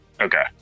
Okay